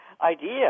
idea